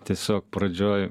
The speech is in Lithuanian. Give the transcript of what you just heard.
tiesiog pradžioj